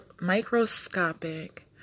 microscopic